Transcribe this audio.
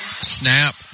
Snap